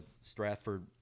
Stratford